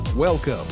Welcome